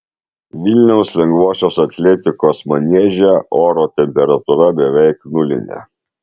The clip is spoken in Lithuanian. vilniaus lengvosios atletikos manieže oro temperatūra beveik nulinė